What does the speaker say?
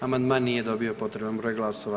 Amandman nije dobio potreban broj glasova.